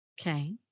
Okay